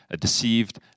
deceived